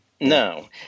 No